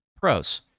Pros